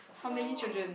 how many children